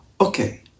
okay